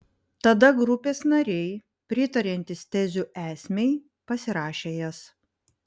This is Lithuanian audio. tada grupės nariai pritariantys tezių esmei pasirašė jas